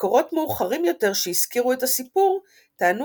מקורות מאוחרים יותר שהזכירו את הסיפור טענו